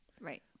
Right